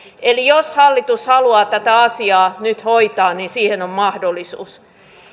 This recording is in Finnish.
jos hallitus haluaa tätä asiaa nyt hoitaa niin siihen on mahdollisuus